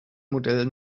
modell